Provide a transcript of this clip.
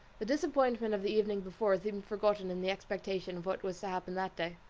the disappointment of the evening before seemed forgotten in the expectation of what was to happen that day.